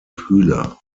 kühler